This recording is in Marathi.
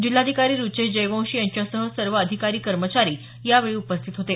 जिल्हाधिकारी रुचेश जयवंशी यांच्यासह सर्व अधिकारी कर्मचारी यावेळी उपस्थित होते